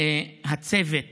הצוות